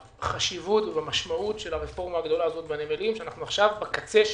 בחשיבות ובמשמעות של הרפורמה הגדולה הזאת בנמלים שאנחנו בקצה שלה.